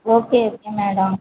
okay okay madam